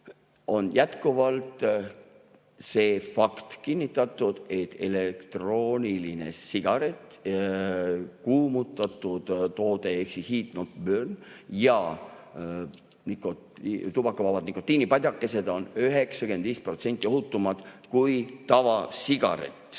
ja jätkuvalt on kinnitatud fakti, et elektrooniline sigaret, kuumutatud toode ehkheat-not-burntoode ja tubakavabad nikotiinipadjakesed on 95% ohutumad kui tavasigaret.